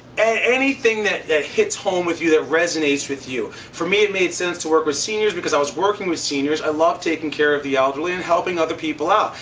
anything that that hits home with you that resonates with you. for me it made sense to work with seniors because i was working with seniors. i love taking care of the elderly and helping other people out.